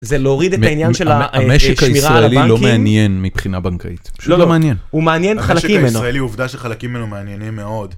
זה להוריד את העניין של השמירה על הבנקים. המשק הישראלי לא מעניין מבחינה בנקאית, פשוט לא מעניין. הוא מעניין חלקים ממנו. המשק הישראלי, עובדה שחלקים ממנו מעניינים מאוד.